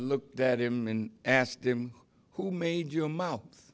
looked at him and asked him who made your mouth